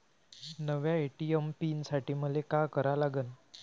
नव्या ATM pin साठी मले का करा लागन?